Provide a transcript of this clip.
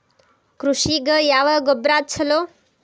ಕೃಷಿಗ ಯಾವ ಗೊಬ್ರಾ ಛಲೋ?